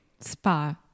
Spa